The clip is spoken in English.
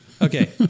Okay